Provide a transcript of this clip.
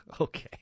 Okay